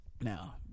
Now